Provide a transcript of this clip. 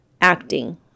acting